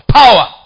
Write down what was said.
power